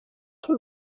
can